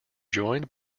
joined